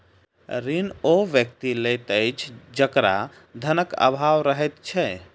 ऋण ओ व्यक्ति लैत अछि जकरा धनक आभाव रहैत छै